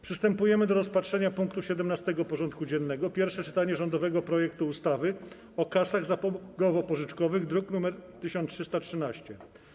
Przystępujemy do rozpatrzenia punktu 17. porządku dziennego: Pierwsze czytanie rządowego projektu ustawy o kasach zapomogowo-pożyczkowych (druk nr 1313)